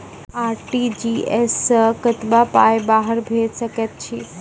RTGS सअ कतबा पाय बाहर भेज सकैत छी?